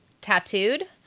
tattooed